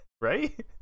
Right